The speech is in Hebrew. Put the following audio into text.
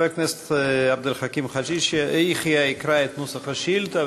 חבר הכנסת עבד אל חכים חאג' יחיא יקרא את נוסח השאילתה,